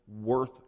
worth